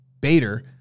Bader